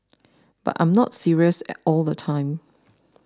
but I am not serious at all the time